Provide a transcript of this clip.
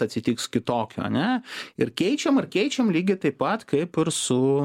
atsitiks kitokio ane ir keičiam ir keičiame lygiai taip pat kaip ir su